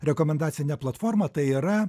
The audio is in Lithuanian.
rekomendacinė platforma tai yra